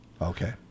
okay